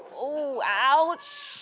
ooh, ouch,